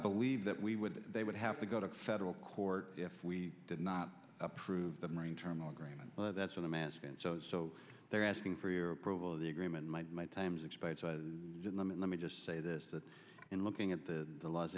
believe that we would they would have to go to federal court if we did not approve the marine terminal agreement but that's what i'm asking so they're asking for your approval of the agreement might my time's expired so let me just say this that in looking at the